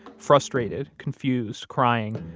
frustrated, confused, crying,